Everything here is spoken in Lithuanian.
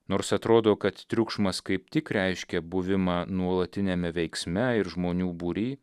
nors atrodo kad triukšmas kaip tik reiškia buvimą nuolatiniame veiksme ir žmonių būry